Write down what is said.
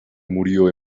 murió